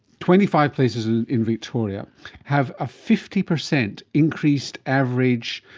twenty five places in victoria have ah fifty percent increased average